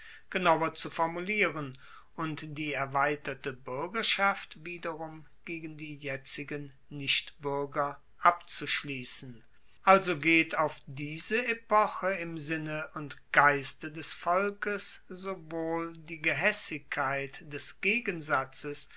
genauer zu formulieren und die erweiterte buergerschaft wiederum gegen die jetzigen nichtbuerger abzuschliessen also geht auf diese epoche im sinne und geiste des volkes sowohl die gehaessigkeit des gegensatzes